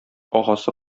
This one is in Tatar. агасы